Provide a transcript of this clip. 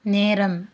நேரம்